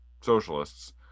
socialists